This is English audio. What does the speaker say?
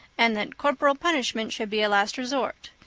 and that corporal punishment should be a last resort.